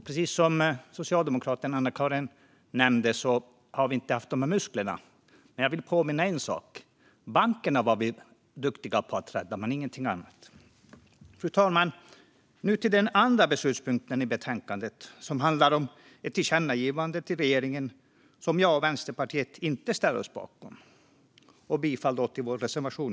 Precis som socialdemokraten Anna-Caren nämnde hade man tidigare inte musklerna. Men jag vill påminna om en sak: Bankerna var man duktig på att rädda, men ingenting annat. Fru talman! Nu över till den andra beslutspunkten i betänkandet, som handlar om ett tillkännagivande till regeringen som jag och Vänsterpartiet inte ställer oss bakom. Jag yrkar därför givetvis bifall till vår reservation.